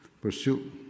pursue